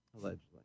Allegedly